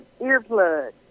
earplugs